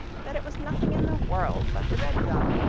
that it was nothing in the world but the red gum,